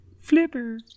Flipper